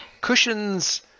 Cushions